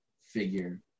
figure